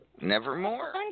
Nevermore